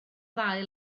ddau